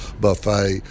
buffet